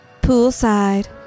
Poolside